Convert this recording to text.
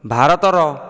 ଭାରତର